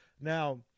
now